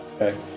Okay